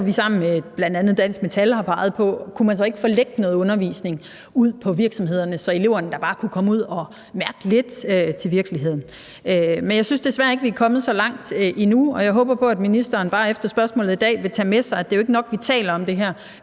vi sammen med bl.a. Dansk Metal har peget på, om vi så ikke kunne forlægge noget undervisning ud på virksomhederne, så eleverne da bare kunne komme ud og mærke lidt til virkeligheden. Men jeg synes desværre ikke, at vi er kommet så langt endnu, og jeg håber, at ministeren efter spørgsmålet i dag bare vil tage med sig, at det jo ikke er nok, at vi taler om det her;